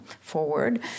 forward